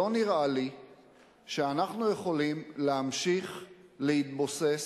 לא נראה לי שאנחנו יכולים להמשיך להתבוסס